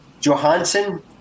Johansson